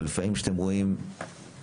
אבל לפעמים כשאתם רואים חלילה,